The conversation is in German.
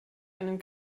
einen